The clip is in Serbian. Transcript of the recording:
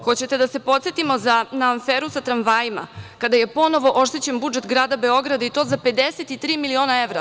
Hoćete da se podsetimo na aferu sa tramvajima, kada je ponovo oštećen budžet grada Beograda, i to za 53 miliona evra?